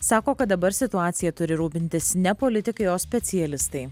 sako kad dabar situacija turi rūpintis ne politikai o specialistai